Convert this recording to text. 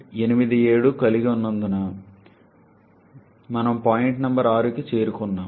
87 కలిగి ఉన్నందున మనము పాయింట్ నంబర్ 6కి చేరుకుంటున్నాము